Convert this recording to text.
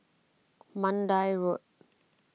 Mandai Road